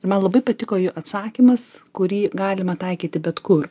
ir man labai patiko jo atsakymas kurį galima taikyti bet kur